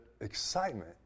excitement